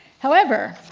however,